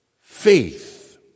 faith